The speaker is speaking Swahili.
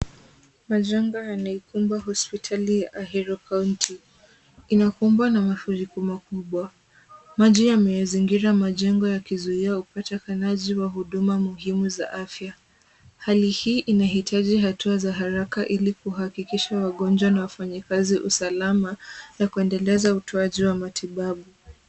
Majanga yanaikumba hospitali ya Ahero kaunti. Imekumbwa na mafuriko makubwa. Maji yameyazingira majengo yakizuia upatikanaji wa huduma muhimu za afya. Hali hii inahitaji hatua za haraka ili kuhakikisha wagonjwa na wafanyikazi usalama na kuendeleza utoaji wa matibabu.